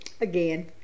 Again